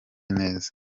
neza